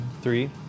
Three